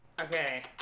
Okay